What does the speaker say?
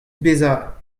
bezañ